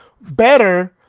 better